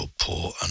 poor